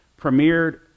premiered